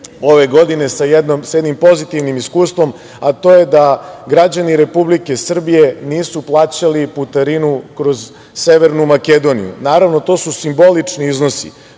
ove godine sa jednim pozitivnim iskustvom, a to je da građani Republike Srbije nisu plaćali putarinu kroz Severnu Makedoniju. Naravno, to su simbolični iznosi,